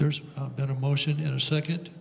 there's been a motion in a second